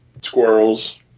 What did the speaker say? Squirrels